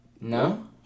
No